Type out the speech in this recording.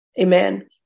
Amen